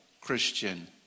Christian